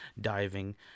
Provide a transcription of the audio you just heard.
diving